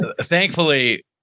Thankfully